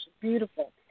Beautiful